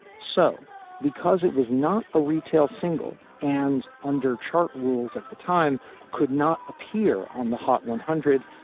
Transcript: so because it was not a retail single and under chart rules at the time could not appear on the hot one hundred.